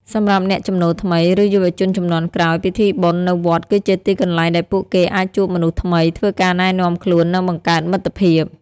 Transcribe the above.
សម្រាប់អ្នកចំណូលថ្មី ឬយុវជនជំនាន់ក្រោយ ពិធីបុណ្យនៅវត្តគឺជាទីកន្លែងដែលពួកគេអាចជួបមនុស្សថ្មី ធ្វើការណែនាំខ្លួន និងបង្កើតមិត្តភាព។